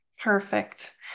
Perfect